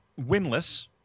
winless